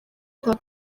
nta